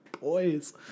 boys